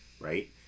right